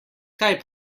kaj